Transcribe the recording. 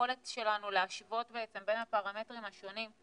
יכולת שלנו להשוות בין הפרמטרים השונים.